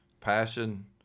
Passion